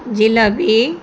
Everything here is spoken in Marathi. जिलेबी